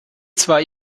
zwar